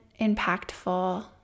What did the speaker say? impactful